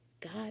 God